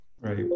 Right